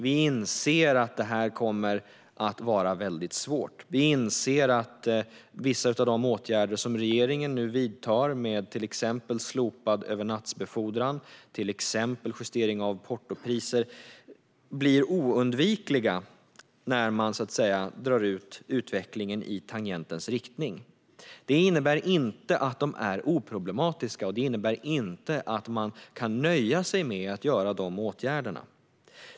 Vi inser att detta kommer att vara svårt, och vi inser att vissa av de åtgärder som regeringen vidtar med till exempel slopad övernattbefordran och justering av portopriser blir oundvikliga när man drar ut utvecklingen i tangentens riktning. Det innebär inte att åtgärderna är oproblematiska, och det innebär inte att man kan nöja sig med att vidta de åtgärderna.